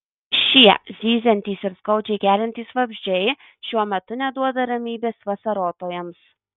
šie zyziantys ir skaudžiai geliantys vabzdžiai šiuo metu neduoda ramybės vasarotojams